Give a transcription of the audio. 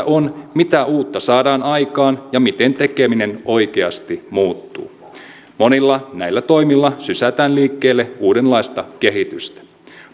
on mitä uutta saadaan aikaan ja miten tekeminen oikeasti muuttuu monilla näillä toimilla sysätään liikkeelle uudenlaista kehitystä